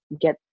get